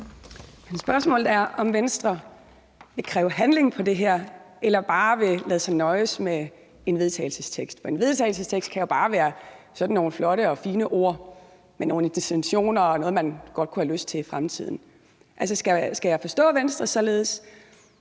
Spørgsmålet er, om Venstre vil kræve handling på det her område eller bare vil lade sig nøje med en beretning, for en beretning kan jo bare indeholde sådan nogle flotte og fine ord om nogle intentioner og noget, man godt kunne have lyst til i fremtiden. Skal jeg forstå Venstre således,